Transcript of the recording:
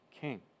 king